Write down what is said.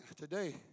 today